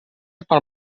pel